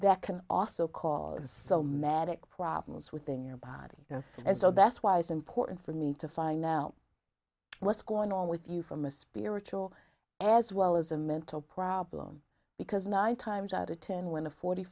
that can also cause somatic problems within your batting and so that's wise important for me to find out what's going on with you from a spiritual as well as a mental problem because nine times out of ten when a forty